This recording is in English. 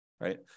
right